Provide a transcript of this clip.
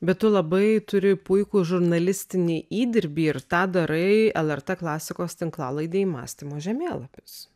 bet tu labai turi puikų žurnalistinį įdirbį ir tą darai lrt klasikos tinklalaidėj mąstymo žemėlapis